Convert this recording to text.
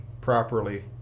properly